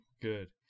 good